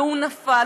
והוא נפל,